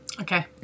Okay